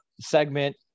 segment